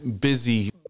busy